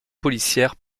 policières